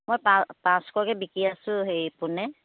মই পাঁ পাঁচশকৈ বিকি আছোঁ হেৰি পোণে